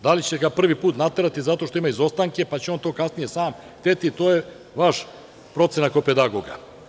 Da li će ga prvi put naterati zato što ima izostanke, pa će on to kasnije sam hteti, to je vaša procena kao pedagoga.